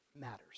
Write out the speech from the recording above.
matters